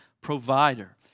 provider